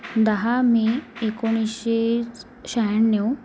दहा मे एकोणीसशे शहाण्णव